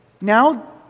Now